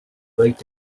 wait